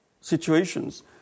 situations